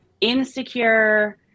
insecure